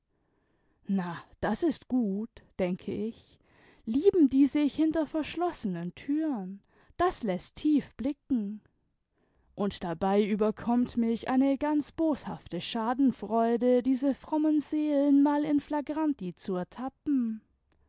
na das ist gut denke ich lieben die sich hinter verschlossenen türen das läßt tief blicken und dabei überkommt mich eine ganz boshafte schadenfreude diese frommen seelen mal in flagranti zu ertappen